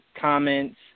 comments